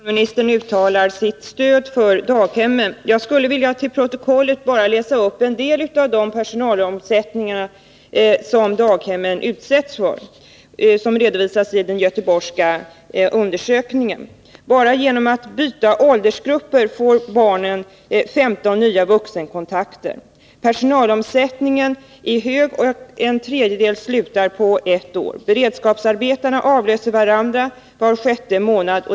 Herr talman! Jag är glad för att socialministern uttalar sitt stöd för daghemmen. Jag skulle vilja läsa upp bara en liten del av den göteborgska undersök ningens resultat när det gäller den personalomsättning som daghemmen Nr 29 utsätts för. Torsdagen den Bara genom att byta åldersgrupper får barnen 15 vuxenkontakter. 20 november 1980 Personalomsättningen är hög — en tredjedel slutar på ett år. Beredskapsarbetarna avlöser varandra var sjätte månad.